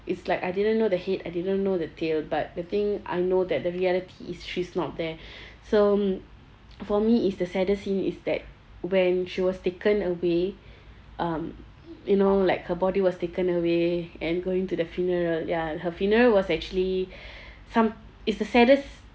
it's like I didn't know the head I didn't know the tail but the thing I know that the reality is she's not there so for me it's the saddest scene is that when she was taken away um you know like her body was taken away and going to the funeral ya her funeral was actually some it's the saddest